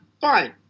Fine